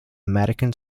american